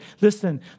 listen